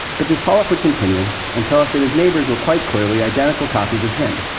but this polyp would continue and tell us that his neighbors were quite clearly identical copies of him.